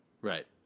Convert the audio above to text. Right